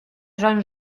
jean